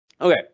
Okay